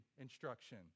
instruction